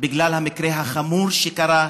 בגלל המקרה החמור שקרה,